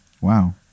Wow